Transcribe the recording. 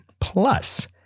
Plus